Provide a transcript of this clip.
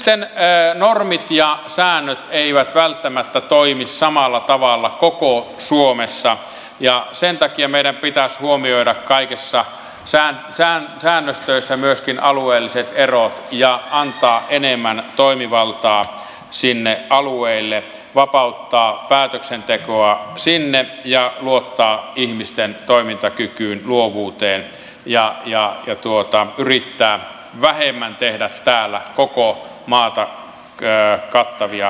no sitten normit ja säännöt eivät välttämättä toimi samalla tavalla koko suomessa ja sen takia meidän pitäisi huomioida kaikissa säännöstöissä myöskin alueelliset erot ja antaa enemmän toimivaltaa sinne alueille vapauttaa päätöksentekoa sinne ja luottaa ihmisten toimintakykyyn luovuuteen ja yrittää vähemmän tehdä täällä koko maata kattavia sapluunoita